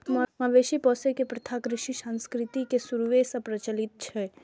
मवेशी पोसै के प्रथा कृषि संस्कृति के शुरूए सं प्रचलित छै